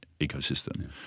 ecosystem